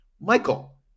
Michael